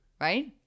right